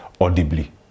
audibly